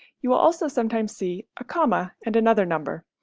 you will also sometimes see a comma and another number.